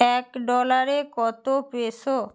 এক ডলারে কত পেসো